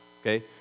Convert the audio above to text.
okay